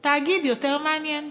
תאגיד יותר מעניין,